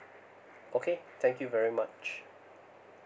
okay thank you very much